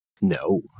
No